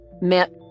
met